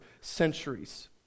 centuries